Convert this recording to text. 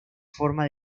forma